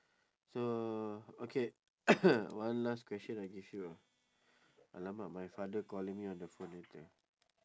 so okay one last question I give you ah !alamak! my father calling me on the phone wait ah